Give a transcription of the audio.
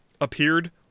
appeared